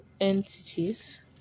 entities